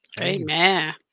Amen